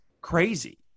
crazy